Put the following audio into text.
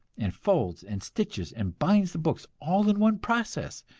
and folds and stitches and binds the books, all in one process,